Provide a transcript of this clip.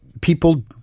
people